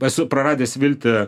esu praradęs viltį